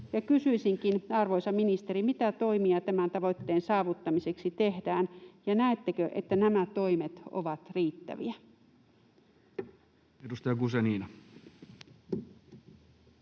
Kysyisinkin, arvoisa ministeri: mitä toimia tämän tavoitteen saavuttamiseksi tehdään, ja näettekö, että nämä toimet ovat riittäviä? [Speech